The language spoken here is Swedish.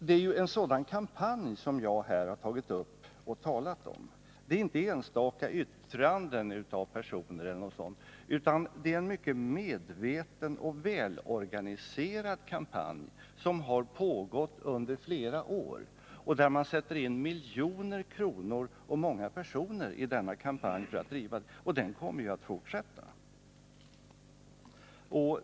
Det är nämligen en kampanj som jag här har tagit upp och talat om — inte enstaka yttranden av personer eller något sådant utan en mycket medveten och välorganiserad kampanj, som har pågått under flera år. Miljoner kronor och många personer sätts in på uppgiften att bedriva den, och den kommer att fortsätta.